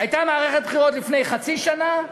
הייתה מערכת בחירות לפני חצי שנה,